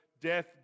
death